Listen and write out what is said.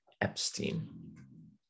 Epstein